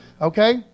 okay